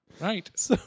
Right